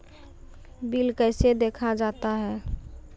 Bill कैसे देखा जाता हैं?